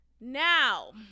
Now